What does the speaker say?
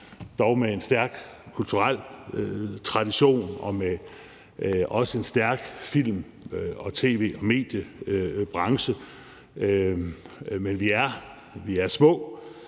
dog med en stærk kulturel tradition og også med en stærk film-, tv- og mediebranche, men vi er små,